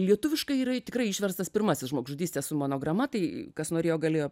lietuviškai yra tikrai išverstas pirmasis žmogžudystė su monograma tai kas norėjo galėjo